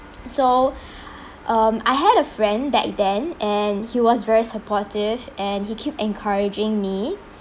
so um I had a friend back then and he was very supportive and he kept encouraging me